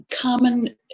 common